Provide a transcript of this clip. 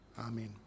Amen